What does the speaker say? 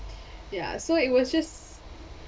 ya so it was just